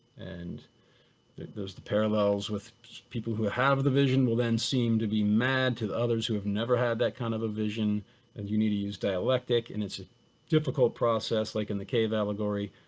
and there's the parallels with people who have the vision will then seem to be mad to others who have never had that kind of a vision and you need to use dialectic. and it's ah difficult process like in the cave allegory,